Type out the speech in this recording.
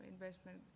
investment